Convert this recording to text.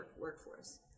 workforce